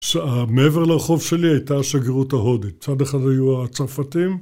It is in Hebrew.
מעבר לרחוב שלי הייתה השגרירות ההודית, צד אחד היו הצרפתים..